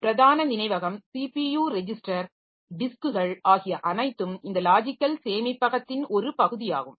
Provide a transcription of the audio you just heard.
பிரதான நினைவகம் CPU register டிஸ்க்குகள் ஆகிய அனைத்தும் இந்த லாஜிக்கல் சேமிப்பகத்தின் ஒரு பகுதியாகும்